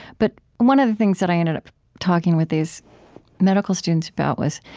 but one of the things that i ended up talking with these medical students about was,